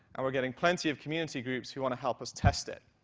and we're getting plenty of community groups who want to help us test it.